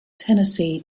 tennessee